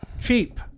cheap